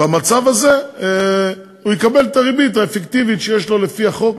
במצב הזה הוא יקבל את הריבית האפקטיבית שיש לו לפי החוק